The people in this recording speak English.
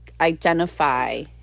identify